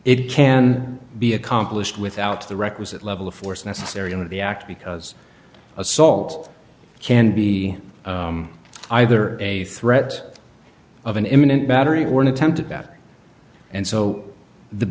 it can be accomplished without the requisite level of force necessary under the act because assault can be either a threat of an imminent battery or an attempt at that and so the